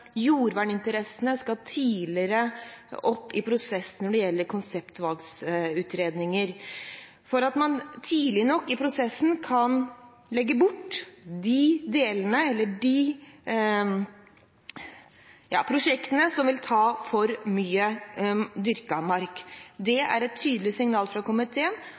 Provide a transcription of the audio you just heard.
jordverninteressene skal tidligere inn i prosessen hva gjelder konseptvalgutredninger, for at man tidlig nok i prosessen kan legge bort de prosjektene som vil ta for mye dyrket mark. Det er et tydelig signal fra komiteen.